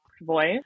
voice